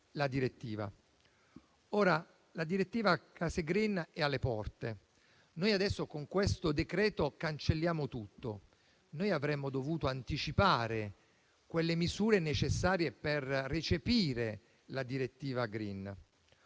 La direttiva case *green* è alle porte; noi adesso con questo decreto-legge cancelliamo tutto. Noi avremmo dovuto anticipare quelle misure necessarie per recepire la direttiva *green*.